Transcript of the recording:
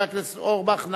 חבר הכנסת אורבך,